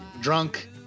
Drunk